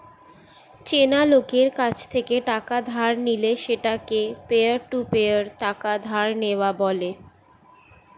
চেনা লোকের কাছ থেকে টাকা ধার নিলে সেটাকে পিয়ার টু পিয়ার টাকা ধার নেওয়া বলে